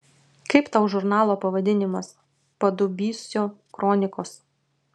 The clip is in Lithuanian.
kaip tau žurnalo pavadinimas padubysio kronikos